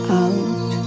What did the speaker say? out